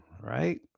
right